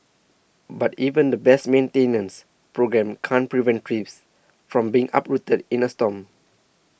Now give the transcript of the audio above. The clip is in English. but even the best maintenance programme can't prevent trees from being uprooted in a storm